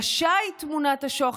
"קשה היא תמונת השוחד,